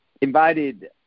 invited